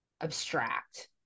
abstract